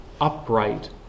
upright